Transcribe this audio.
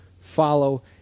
follow